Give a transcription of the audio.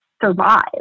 survive